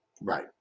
Right